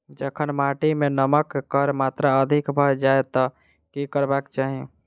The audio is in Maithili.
जखन माटि मे नमक कऽ मात्रा अधिक भऽ जाय तऽ की करबाक चाहि?